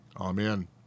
Amen